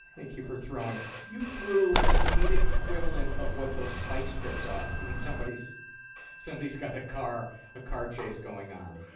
thank you for throwing you threw the comedic equivalent of what those spike strips are when somebody's somebody's got a car ah car chase going on.